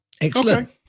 excellent